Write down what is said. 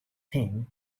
thing